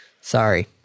sorry